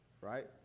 right